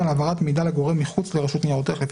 "יחידה במלמ"ב" יחידה באגף הממונה על הביטחון במערכת הביטחון,